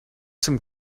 zum